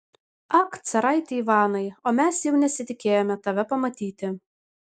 ak caraiti ivanai o mes jau nesitikėjome tave pamatyti